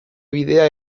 bidea